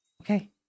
Okay